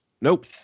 Nope